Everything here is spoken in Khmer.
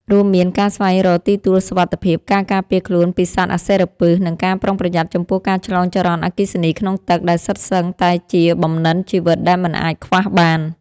រួមមានការស្វែងរកទីទួលសុវត្ថិភាព ការការពារខ្លួនពីសត្វអាសិរពិស និងការប្រុងប្រយ័ត្នចំពោះការឆ្លងចរន្តអគ្គិសនីក្នុងទឹក ដែលសុទ្ធសឹងតែជាបំណិនជីវិតដែលមិនអាចខ្វះបាន។